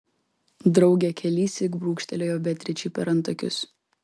draugė kelissyk brūkštelėjo beatričei per antakius